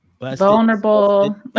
vulnerable